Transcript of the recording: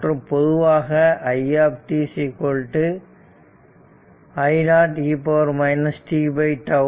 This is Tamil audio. மற்றும் பொதுவாக i t I0 e tτ